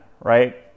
right